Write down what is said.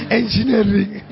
engineering